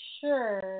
sure